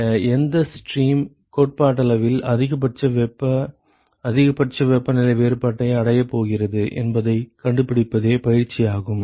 எனவே எந்த ஸ்ட்ரீம் கோட்பாட்டளவில் அதிகபட்ச வெப்ப அதிகபட்ச வெப்பநிலை வேறுபாட்டை அடையப் போகிறது என்பதைக் கண்டுபிடிப்பதே பயிற்சியாகும்